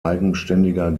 eigenständiger